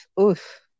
Oof